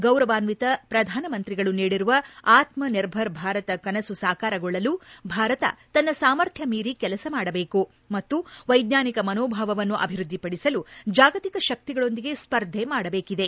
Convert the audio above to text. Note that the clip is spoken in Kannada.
ಗೌರವಾನ್ಲಿತ ಪ್ರಧಾನಮಂತ್ರಿಗಳು ನೀಡಿರುವ ಆತ್ಮನಿರ್ಭರ ಭಾರತ ಕನಸು ಸಾಕಾರಗೊಳ್ಳಲು ಭಾರತ ತನ್ನ ಸಾಮರ್ಥ್ಯ ಮೀರಿ ಕೆಲಸ ಮಾಡಬೇಕು ಮತ್ತು ವೈಜ್ಞಾನಿಕ ಮನೋಭಾವವನ್ನು ಅಭಿವೃದ್ದಿಪಡಿಸಲು ಜಾಗತಿಕ ಶಕ್ತಿಗಳೊಂದಿಗೆ ಸ್ಪರ್ಧೆ ಮಾಡಬೇಕಿದೆ